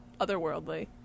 otherworldly